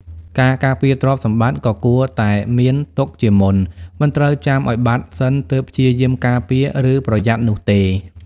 ការការពារទ្រព្យសម្បត្តិក៏គួរតែមានទុកជាមុន មិនត្រូវចាំឱ្យបាត់សិនទើបព្យាយាមការពារ ឬប្រយ័ត្ននោះទេ។